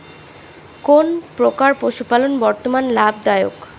কোন প্রকার পশুপালন বর্তমান লাভ দায়ক?